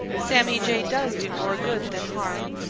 sammy jay does do more good than harm.